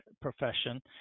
profession